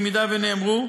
אם נאמרו,